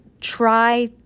try